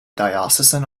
diocesan